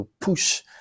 push